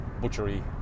butchery